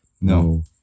no